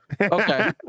Okay